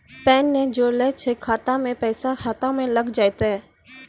Pan ने जोड़लऽ छै खाता मे पैसा खाता मे लग जयतै?